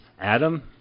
Adam